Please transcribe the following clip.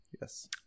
Yes